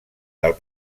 del